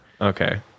Okay